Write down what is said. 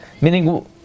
meaning